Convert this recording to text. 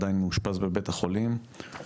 עדיין מאושפז בבית החולים,